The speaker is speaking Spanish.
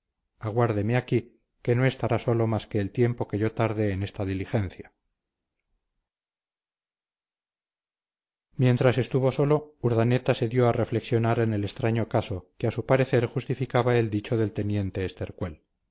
aguárdeme aquí que no estará solo más que el tiempo que yo tarde en esta diligencia mientras estuvo solo urdaneta se dio a reflexionar en el extraño caso que a su parecer justificaba el dicho del teniente